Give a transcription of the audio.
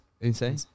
Insane